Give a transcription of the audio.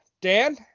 Dan